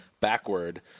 backward